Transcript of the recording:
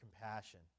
compassion